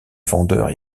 vendeurs